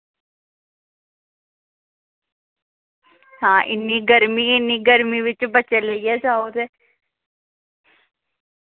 ते इन्नी गर्मी इन्नी गर्मी बिच लेइयै आवेओ